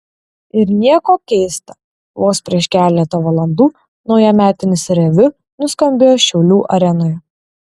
ir nieko keista vos prieš keletą valandų naujametinis reviu nuskambėjo šiaulių arenoje